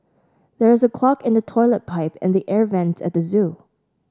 there is a clog in the toilet pipe and the air vents at the zoo